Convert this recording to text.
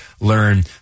learn